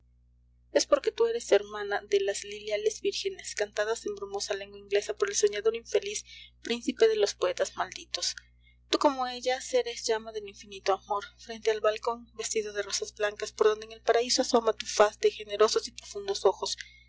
es porque tu eres hermana de las liliales vírgenes cantadas en brumosa lengua inglesa por el soñador infeliz príncipe de los poetas malditos tú como ellas eres llama del infinito amor frente al balcón vestido de rosas blancas por donde en el paraíso asoma tu faz de generosos y profundos ojos